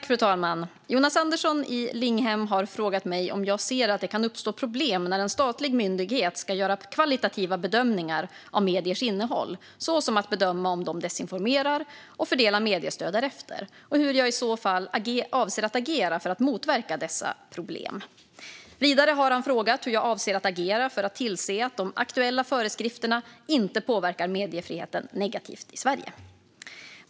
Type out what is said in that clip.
Fru talman! Jonas Andersson i Linghem har frågat mig om jag ser att det kan uppstå problem när en statlig myndighet ska göra kvalitativa bedömningar av mediers innehåll, såsom att bedöma om de desinformerar, och fördela mediestöd därefter och hur jag i så fall avser att agera för att motverka dessa problem. Vidare har han frågat hur jag avser att agera för att tillse att de aktuella föreskrifterna inte påverkar mediefriheten negativt i Sverige.